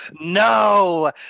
No